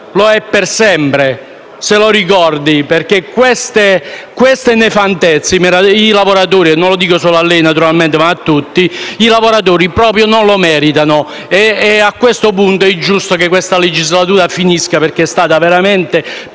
lo è per sempre. Se lo ricordi, perché siffatte nefandezze - naturalmente non lo dico solo a lei, ma a tutti - i lavoratori proprio non le meritano. A questo punto è giusto che questa legislatura finisca, perché è stata veramente